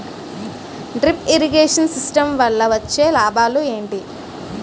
Drip irrigation system వల్ల వచ్చే లాభాలు ఏంటి?